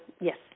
yes